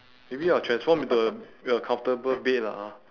maybe I'll transform into a a comfortable bed lah hor